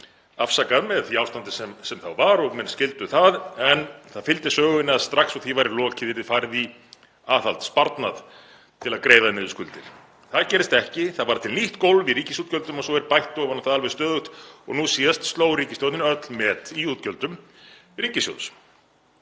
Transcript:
afsakað með því ástandi sem þá var, og menn skildu það, en það fylgdi sögunni að strax og því væri lokið yrði farið í aðhald, sparnað, til að greiða niður skuldir. Það gerist ekki. Það varð til nýtt gólf í ríkisútgjöldum og svo er bætt ofan á það alveg stöðugt. Nú síðast sló ríkisstjórnin öll met í útgjöldum ríkissjóðs.